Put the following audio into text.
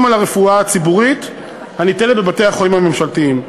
על שירותי הרפואה הציבורית הניתנים בבתי-החולים הממשלתיים.